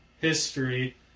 history